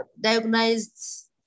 diagnosed